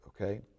okay